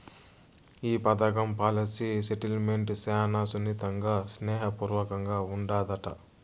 ఈ పదకం policy settlement శానా సున్నితంగా, స్నేహ పూర్వకంగా ఉండాదట